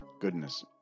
Goodness